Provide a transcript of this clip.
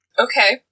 Okay